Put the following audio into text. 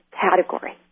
category